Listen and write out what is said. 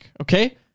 okay